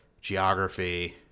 geography